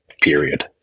period